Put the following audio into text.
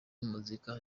muzika